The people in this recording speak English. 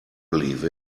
believe